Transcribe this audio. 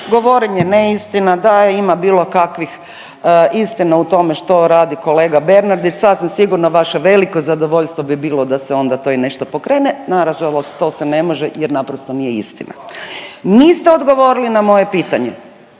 govorenje neistina da je ima bilo kakvih istina u tome što radi kolega Bernardić, sasvim sigurno vaše veliko zadovoljstvo bi bilo da se onda to i nešto pokrene, nažalost to se ne može jer naprosto nije istina. Niste odgovorili na moje pitanje.